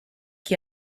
qui